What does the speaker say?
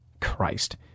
Christ